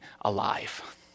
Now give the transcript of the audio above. alive